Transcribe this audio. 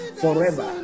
forever